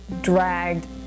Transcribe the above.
dragged